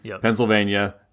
pennsylvania